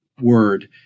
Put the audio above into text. word